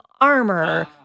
armor